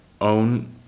own